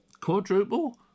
quadruple